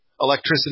electricity